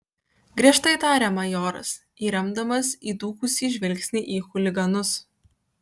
griežtai tarė majoras įremdamas įdūkusį žvilgsnį į chuliganus